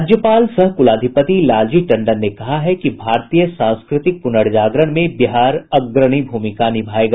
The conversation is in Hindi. राज्यपाल सह कुलाधिपति लालजी टंडन ने कहा है कि भारतीय सांस्कृतिक पुनर्जागरण में बिहार अग्रणी भूमिका निभायेगा